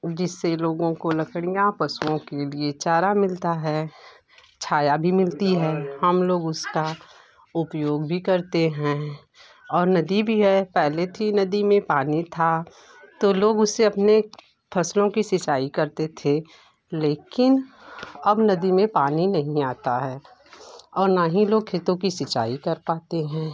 जिससे लोगों को लकड़ियाँ पशुओं के लिए चारा मिलता है छाया भी मिलती है हम लोग उसका उपयोग भी करते हैं और नदी भी है पहले थी नदी में पानी था तो लोग उससे अपने फसलों की सिंचाई करते थे लेकिन अब नदी में पानी नहीं आता है और न ही लोग खेतों की सिंचाई कर पाते हैं